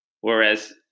whereas